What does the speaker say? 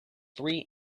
three